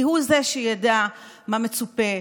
כי הוא ידע מה מצופה,